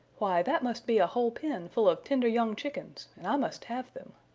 why, that must be a whole pen full of tender young chickens, and i must have them.